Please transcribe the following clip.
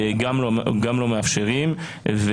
לא מאפשרים להם.